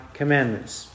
commandments